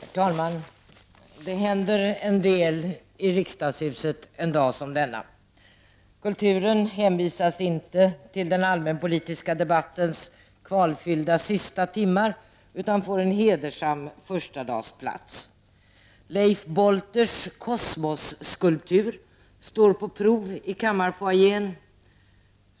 Herr talman! Det händer en del i riksdagshuset en dag som denna. Kulturen hänvisas inte till den allmänpolitiska debattens kvalfyllda sista timmar utan får en hedersam plats under första dagen. Leif Bolters kosmosskulptur står på prov i kammarfoajén.